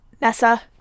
Nessa